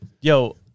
Yo